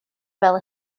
fel